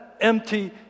empty